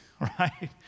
right